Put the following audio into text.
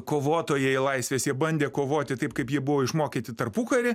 kovotojai laisvės jie bandė kovoti taip kaip jie buvo išmokyti tarpukary